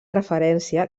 referència